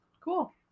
Cool